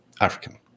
African